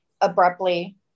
abruptly